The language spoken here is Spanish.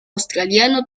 australiano